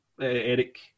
Eric